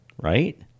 right